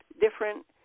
different